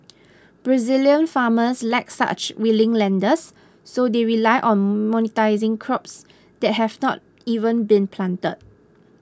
Brazilian farmers lack such willing lenders so they rely on monetising crops that have not even been planted